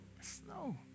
snow